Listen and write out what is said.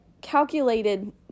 calculated